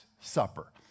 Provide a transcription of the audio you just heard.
Supper